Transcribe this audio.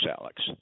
Alex